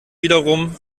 wiederum